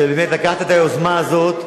שבאמת לקחת את היוזמה הזאת.